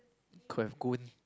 could have gone